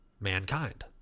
mankind